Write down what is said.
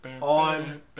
on